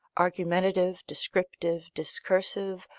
argumentative, descriptive, discursive,